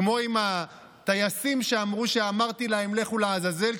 כמו עם הטייסים שאמרו שאמרתי להם "לכו לעזאזל",